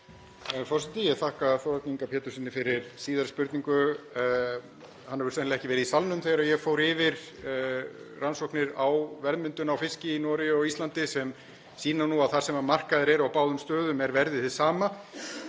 Forseti. Ég þakka Þórarni Inga Péturssyni fyrir síðari spurningu. Hann hefur sennilega ekki verið í salnum þegar ég fór yfir rannsóknir á verðmyndun á fiski í Noregi og á Íslandi sem sýna nú að þar sem markaðir eru á báðum stöðum er verðið hið sama